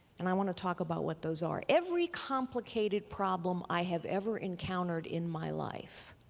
and i want to talk about what those are. every complicated problem i have ever encountered in my life,